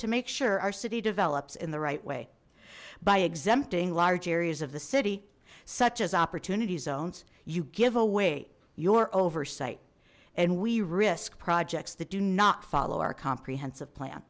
to make sure our city develops in the right way by exempting large areas of the city such as opportunity zones you give away your oversight and we risk projects that do not follow our comprehensive plan